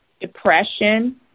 depression